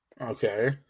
Okay